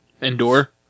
Endure